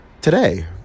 today